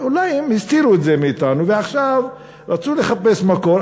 אולי הם הסתירו את זה מאתנו ועכשיו רצו לחפש מקור,